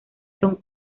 son